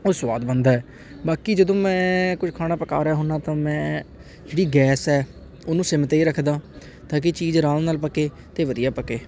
ਉਹ ਸਵਾਦ ਬਣਦਾ ਬਾਕੀ ਜਦੋਂ ਮੈਂ ਕੁਝ ਖਾਣਾ ਪਕਾ ਰਿਹਾ ਹੁੰਦਾ ਤਾਂ ਮੈਂ ਜਿਹੜੀ ਗੈਸ ਹੈ ਉਹਨੂੰ ਸਿਮ 'ਤੇ ਰੱਖਦਾਂ ਤਾਂ ਕਿ ਚੀਜ਼ ਆਰਾਮ ਨਾਲ ਪੱਕੇ ਅਤੇ ਵਧੀਆ ਪੱਕੇ